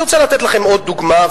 אני רוצה לתת לכם עוד דוגמה,